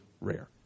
rare